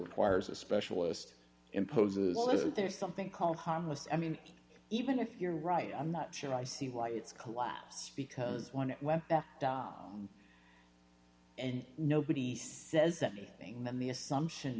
requires a specialist imposes wasn't there something called harmless i mean even if you're right i'm not sure i see why it's collapsed because when it went back down and nobody says anything then the assumption